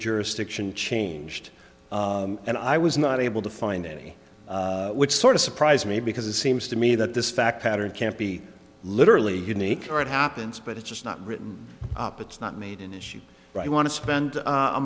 jurisdiction changed and i was not able to find any which sort of surprised me because it seems to me that this fact pattern can't be literally unique or it happens but it's just not written up it's not made and as you write i want to spend a